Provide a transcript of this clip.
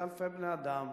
זה אלפי בני-אדם.